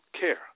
care